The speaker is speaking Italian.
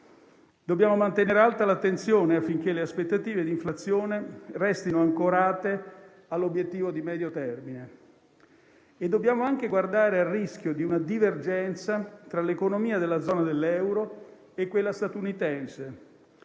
Dobbiamo mantenere alta l'attenzione, affinché le aspettative di inflazione restino ancorate all'obiettivo di medio termine. Dobbiamo guardare anche al rischio di una divergenza tra l'economia della zona euro e quella statunitense